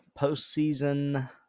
postseason